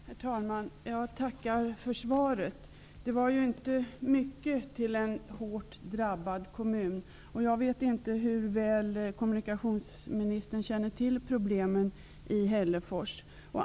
Herr talman! Jag tackar för svaret. Det var inte mycket till en hårt drabbad kommun. Jag vet inte hur väl kommunikationsministern känner till problemen i Hällefors.